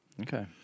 Okay